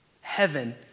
heaven